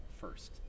first